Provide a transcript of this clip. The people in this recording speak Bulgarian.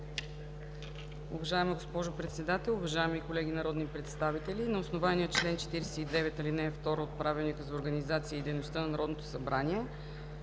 Уважаема госпожо Председател, уважаеми колеги народни представители! На основание чл. 49, ал. 2 от Правилника за организацията и дейността на Народното събрание